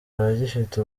abagifite